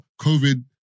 COVID